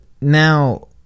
Now